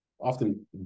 often